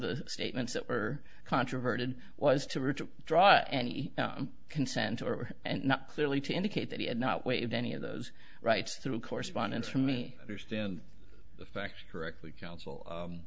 the statements that were controverted was to richard draw and consent or not clearly to indicate that he had not waived any of those rights through correspondence from me understand the facts correctly coun